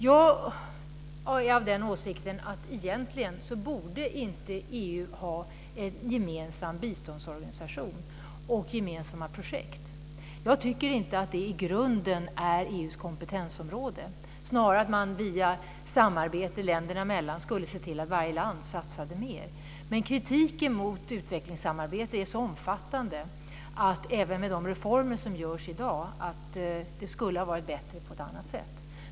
Jag är av den åsikten att EU egentligen inte borde ha en gemensam biståndsorganisation och gemensamma projekt. Jag tycker inte att det i grunden är EU:s kompetensområde. Snarare skulle man via samarbete länderna emellan se till att varje land satsade mer. Men kritiken mot utvecklingsamarbetet är så omfattande att det även med de reformer som görs i dag skulle ha varit bättre på ett annat sätt.